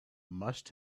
must